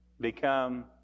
become